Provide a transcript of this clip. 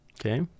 Okay